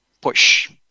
push